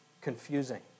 confusing